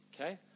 okay